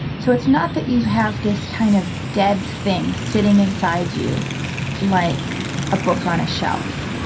so it's not that you have this kind of dead thing sitting inside you like a book on a shelf,